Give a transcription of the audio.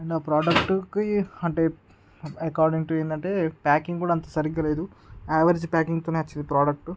and ఆ ప్రోడక్ట్కి అంటే అకార్డింగ్ టు ఏదంటే ప్యాకింగ్ కూడా అంత సరిగా లేదు యావరేజ్ ప్యాకింగ్తోనే వచ్చింది ప్రోడక్ట్